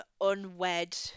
unwed